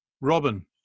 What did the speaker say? Robin